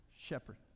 Shepherd